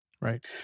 right